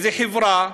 מאיזו חברה,